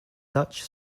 such